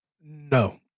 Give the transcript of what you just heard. No